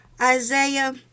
Isaiah